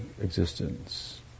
existence